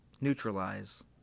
neutralize